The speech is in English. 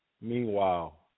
Meanwhile